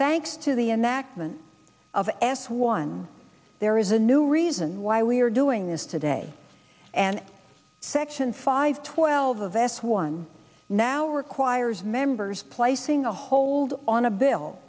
thanks to the enactment of s one there is a new reason why we are doing this today and section five twelve s one now requires members placing a hold on a bill